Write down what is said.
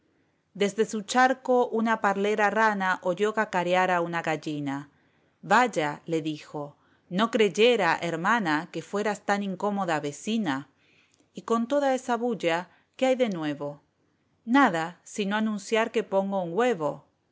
desde su charco una parlera rana oyó cacarear a una gallina vaya le dijo no creyera hermana que fueras tan incómoda vecina y con toda esa bulla qué hay de nuevo nada sino anunciar que pongo un huevo